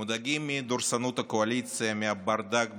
מודאגים מדורסנות הקואליציה, מהברדק בממשלה,